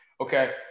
Okay